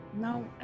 no